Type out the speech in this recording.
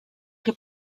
che